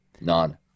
None